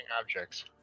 objects